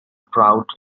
crowd